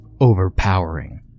overpowering